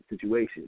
situation